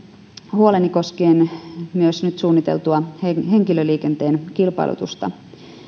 huoleni koskien nyt suunniteltua henkilöliikenteen kilpailutusta